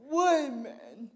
women